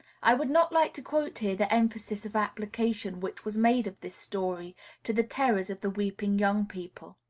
i would not like to quote here the emphasis of application which was made of this story to the terrors of the weeping young people.